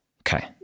Okay